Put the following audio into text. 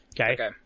Okay